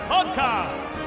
Podcast